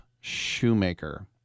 Shoemaker